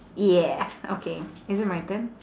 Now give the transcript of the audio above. yeah okay is it my turn